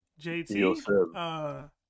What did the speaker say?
JT